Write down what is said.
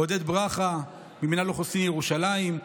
עודד ברכה ממינהל אוכלוסין ירושלים,